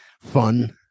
fun